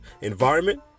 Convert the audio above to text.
environment